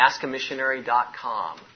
askamissionary.com